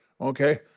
Okay